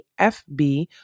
FB